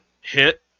hit